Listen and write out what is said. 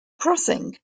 crossing